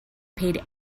paid